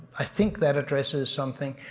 i think that addresses something.